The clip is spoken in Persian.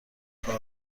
کار